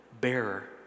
bearer